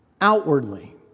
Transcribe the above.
outwardly